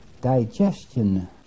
digestion